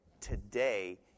Today